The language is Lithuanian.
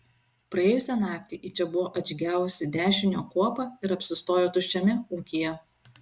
praėjusią naktį į čia buvo atžygiavusi dešinio kuopa ir apsistojo tuščiame ūkyje